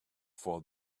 for